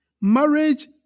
Marriage